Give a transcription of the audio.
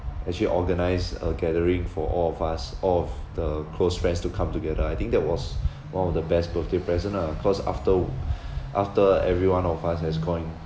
actually organised a gathering for all of us all of the close friends to come together I think that was one of the best birthday present ah cause after after everyone of us has go in